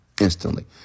instantly